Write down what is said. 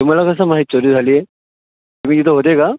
तुम्हाला कसं माहीत चोरी झाली आहे तुम्ही तिथे होते का